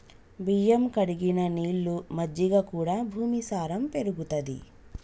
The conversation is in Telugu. బియ్యం కడిగిన నీళ్లు, మజ్జిగ కూడా భూమి సారం పెరుగుతది